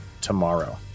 tomorrow